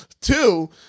Two